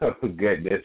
goodness